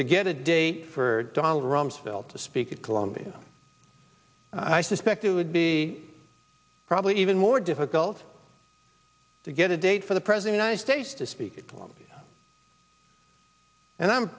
to get a date for donald rumsfeld to speak at columbia i suspect it would be probably even more difficult to get a date for the president i stayed to speak to them and i'm